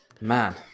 Man